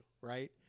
Right